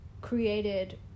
created